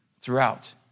throughout